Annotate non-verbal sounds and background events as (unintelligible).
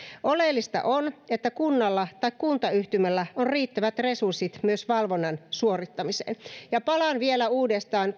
oleellista on että kunnalla tai kuntayhtymällä on riittävät resurssit myös valvonnan suorittamiseen palaan vielä uudestaan (unintelligible)